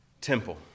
temple